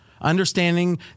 understanding